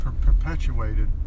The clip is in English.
perpetuated